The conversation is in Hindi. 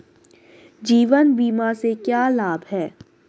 जीवन बीमा से क्या लाभ हैं?